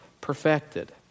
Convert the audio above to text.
perfected